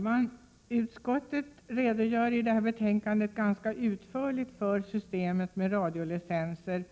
Herr talman! Utskottet redogör i betänkandet ganska utförligt för systemet med radiolicenser,